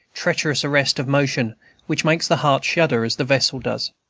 treacherous arrest of motion which makes the heart shudder, as the vessel does.